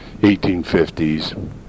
1850s